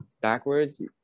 backwards